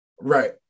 Right